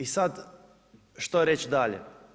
I sada, što reći dalje?